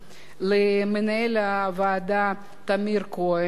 למנהל הוועדה טמיר כהן,